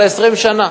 ל-20 שנה.